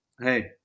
Hey